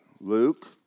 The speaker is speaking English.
Luke